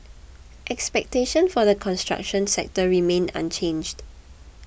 expectation for the construction sector remain unchanged